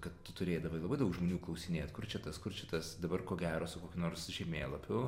kad tu turėdavai labai daug žinių klausinėt kur čia tas kur čia tas dabar ko gero su kokiu nors žemėlapiu